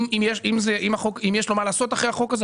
אם יש לו מה לעשות אחרי החוק הזה,